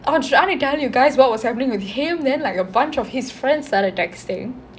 I was trying to tell you guys what was happening with him then like a bunch of his friends started texting